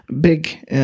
big